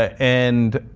ah and,